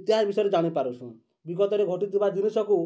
ଇତିହାସ ବିଷୟରେ ଜାଣିପାରୁସୁଁ ବିଗତରେ ଘଟିଥିବା ଜିନିଷକୁ